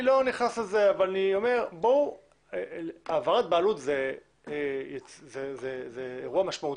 אני לא נכנס לזה אבל אני אומר שהעברת בעלות זה אירוע משמעותי.